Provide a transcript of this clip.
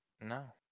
No